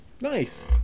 Nice